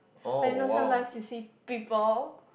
I know sometimes you see people